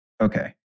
Okay